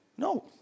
No